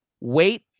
wait